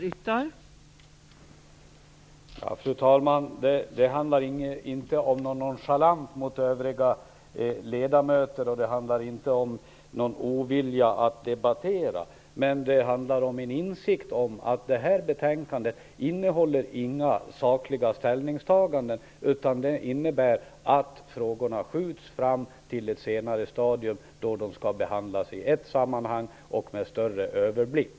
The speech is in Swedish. Fru talman! Det handlar inte om någon nonchalans mot övriga ledamöter och det handlar inte om någon ovilja att debattera. Men det handlar om en insikt om att det här betänkandet inte innehåller några sakliga ställningstaganden. Det innebär att frågorna skjuts fram till ett senare stadium, då de skall behandlas i ett sammanhang och med större överblick.